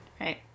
right